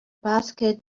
basket